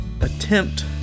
attempt